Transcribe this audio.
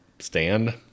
stand